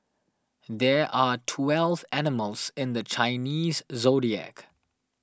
there are twelve animals in the Chinese zodiac